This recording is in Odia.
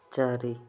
ଚାରି